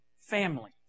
family